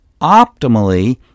optimally